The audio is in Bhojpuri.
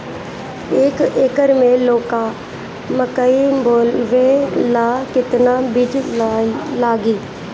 एक एकर मे लौका मकई बोवे ला कितना बिज लागी?